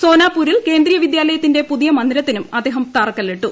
സോനാപൂരിൽ കേന്ദ്രീയ വിദ്യാലയത്തിന്റെ പുതിയ മന്ദിരത്തിനും അദ്ദേഹം തറക്കല്ലിട്ടു